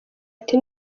ati